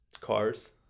cars